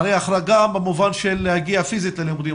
החרגה במובן של להגיע פיזית ללימודים,